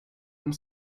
and